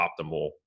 optimal